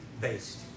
based